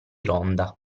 ronda